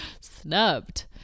Snubbed